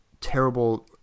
terrible